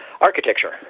architecture